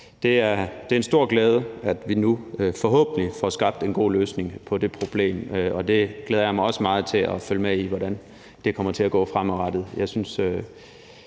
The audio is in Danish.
det er en stor glæde, at vi nu forhåbentlig får skabt en god løsning på det problem, og jeg glæder mig også meget til at følge med i, hvordan det kommer til at gå fremadrettet.